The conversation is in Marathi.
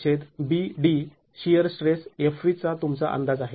75Vbd shear stress f v चा तुमचा अंदाज आहे